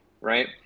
right